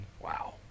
Wow